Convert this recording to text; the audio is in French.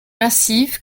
massive